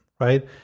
right